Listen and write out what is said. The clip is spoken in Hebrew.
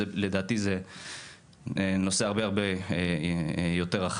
לדעתי זה נושא הרבה יותר רחב,